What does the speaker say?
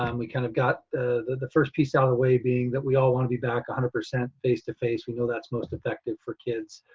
um we kind of got the the first piece out of the way being that we all wanna be back one hundred percent face-to-face. we know that's most effective for kids,